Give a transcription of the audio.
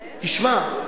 תשמע,